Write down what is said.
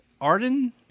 Arden